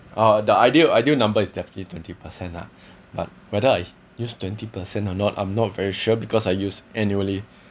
ah the ideal ideal number is definitely twenty percent nah but whether I use twenty percent or not I'm not very sure because I use annually